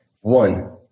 One